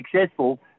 successful